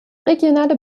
regionale